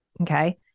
Okay